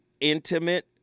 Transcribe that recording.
intimate